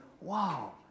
wow